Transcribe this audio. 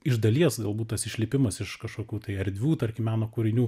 iš dalies galbūt tas išlipimas iš kažkokių tai erdvių tarkim meno kūrinių